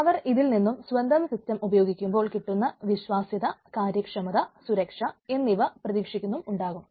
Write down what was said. അവർ ഇതിൽ നിന്നും സ്വന്തം സിസ്റ്റം ഉപയോഗിക്കുമ്പോൾ കിട്ടുന്ന വിശ്വാസ്യത കാര്യക്ഷമത സുരക്ഷ എന്നിവ പ്രതീക്ഷിക്കുന്നും ഉണ്ടാകും